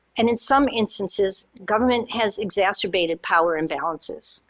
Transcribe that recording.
and in some instances, government has exacerbated power imbalances.